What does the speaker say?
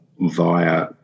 via